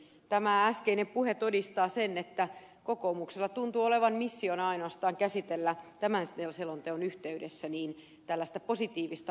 tämä äskeinen puhe todistaa sen että kokoomuksella tuntuu olevan missiona ainoastaan käsitellä tämän selonteon yhteydessä tällaista positiivista nato virettä